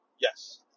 Yes